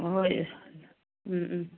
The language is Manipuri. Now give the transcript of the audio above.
ꯍꯣꯏ ꯎꯝ ꯎꯝ